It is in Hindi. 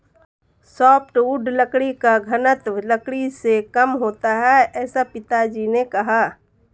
सॉफ्टवुड लकड़ी का घनत्व लकड़ी से कम होता है ऐसा पिताजी ने कहा